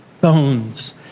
bones